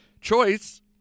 choice